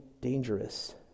dangerous